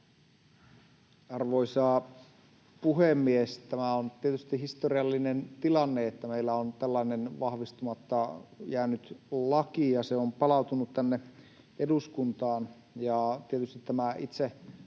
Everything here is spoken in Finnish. Arvoisa puhemies! Tämä on tietysti historiallinen tilanne, että meillä on tällainen vahvistamatta jäänyt laki ja se on palautunut tänne eduskuntaan.